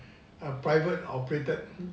a private operated